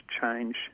change